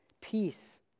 peace